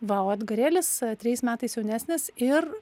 va o edgarėlis trejais metais jaunesnis ir